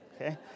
Okay